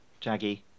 Jaggy